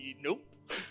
nope